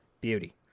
Beauty